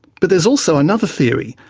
but there's also another theory,